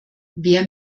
wer